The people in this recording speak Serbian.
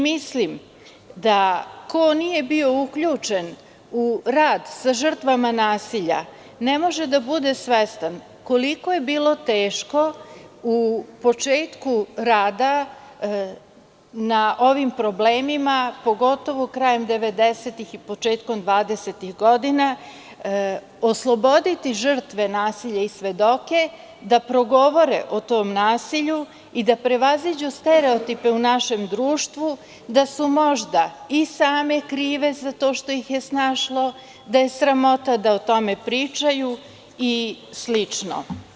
Mislim da ko nije bio uključen u rad sa žrtvama nasilja, ne može da bude svestan koliko je bilo teško u početku rada na ovim problemima, pogotovo krajem devedesetih i početkom dvadesetih godina, osloboditi žrtve nasilja i svedoke da progovore o tom nasilju i da prevaziđu stereotipe u našem društvu, da su možda i same krive za to što ih je snašlo, da je sramota da o tome pričaju i slično.